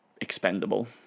expendable